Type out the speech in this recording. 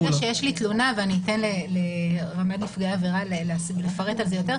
ברגע שיש לי תלונה ואני אתן לרמ"ד נפגעי עבירה לפרט על זה יותר,